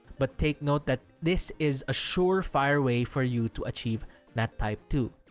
but take note that this is a surefire way for you to achieve nat type two.